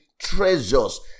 treasures